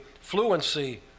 fluency